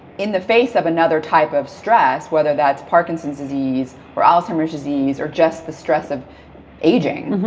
in the face of another type of stress, whether that's parkinson's disease or alzheimer's disease, or just the stress of aging,